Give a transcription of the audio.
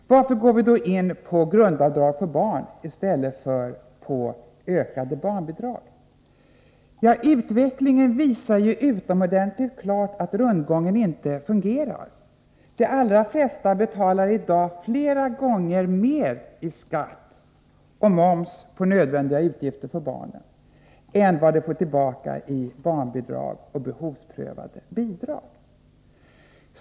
Varför går vi då in för grundavdrag för barn i stället för ökade barnbidrag? Utvecklingen visar ju utomordentligt klart att rundgången inte fungerar. De allra flesta betalar i dag flera gånger mer i direkt skatt och moms på nödvändiga utgifter för barnen än vad de får tillbaka i form av barnbidrag och behovsprövade bidrag.